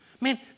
Man